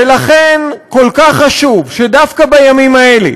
ולכן כל כך חשוב שדווקא בימים האלה,